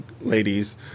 ladies